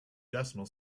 decimal